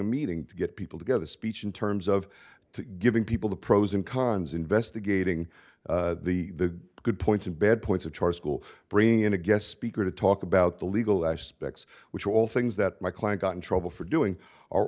a meeting to get people together speech in terms of giving people the pros and cons investigating the good points and bad points of charter school bring in a guest speaker to talk about the legal aspects which are all things that my client got in trouble for doing are